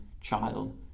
child